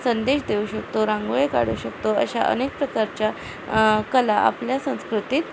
संदेश देऊ शकतो रांगोळ्या काढू शकतो अशा अनेक प्रकारच्या कला आपल्या संस्कृतीत